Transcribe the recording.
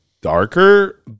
darker